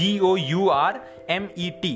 G-O-U-R-M-E-T